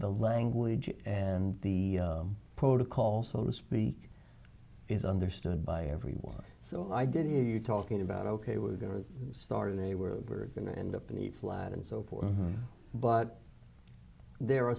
the language and the protocol so to speak is understood by everyone so i did it you talking about ok we're going to start and they were going to end up in e flat and so forth but there are